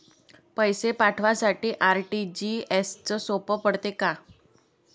पैसे पाठवासाठी आर.टी.जी.एसचं सोप पडते का?